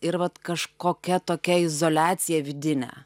ir vat kažkokia tokia izoliacija vidinė